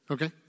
Okay